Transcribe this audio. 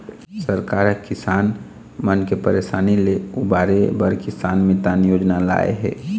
सरकार ह किसान मन के परसानी ले उबारे बर किसान मितान योजना लाए हे